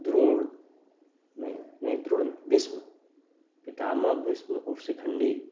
द्रोण नहीं भीष्म पितामह भीष्म और शिखण्डी